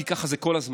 כי ככה זה כל הזמן.